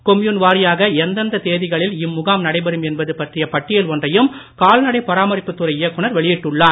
கொம்யுன்வாரியாக எந்தெந்த தேதிகளில் இம்முகாம் நடைபெறும் என்பது பற்றிய பட்டியல் ஒன்றையும் கால்நடை பராமரிப்புத்துறை இயக்குநர் வெளியிட்டுள்ளார்